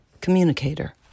communicator